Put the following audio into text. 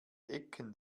ecken